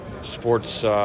sports